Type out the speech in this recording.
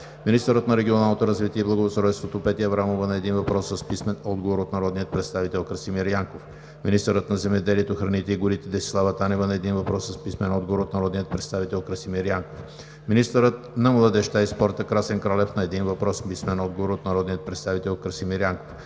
министърът на регионалното развитие и благоустройството Петя Аврамова – на един въпрос с писмен отговор от народния представител Красимир Янков; - министърът на земеделието, храните и горите Десислава Танева – на един въпрос с писмен отговор от народния представител Красимир Янков; - министърът на младежта и спорта Красен Кралев – на един въпрос с писмен отговор от народния представител Красимир Янков;